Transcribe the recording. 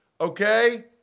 okay